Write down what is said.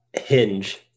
Hinge